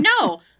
no